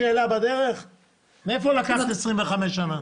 מאיפה לקחת 25 שנה?